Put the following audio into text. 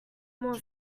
more